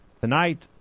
tonight